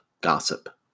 gossip